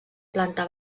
planta